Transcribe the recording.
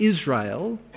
Israel